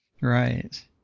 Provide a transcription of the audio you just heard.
Right